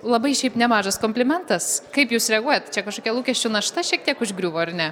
labai šiaip nemažas komplimentas kaip jūs reaguojat čia kažkokia lūkesčių našta šiek tiek užgriuvo ar ne